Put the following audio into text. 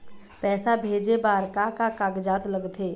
पैसा भेजे बार का का कागजात लगथे?